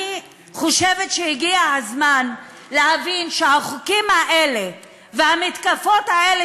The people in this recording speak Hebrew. אני חושבת שהגיע הזמן להבין שהחוקים האלה והמתקפות האלה